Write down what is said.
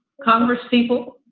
congresspeople